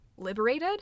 liberated